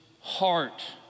heart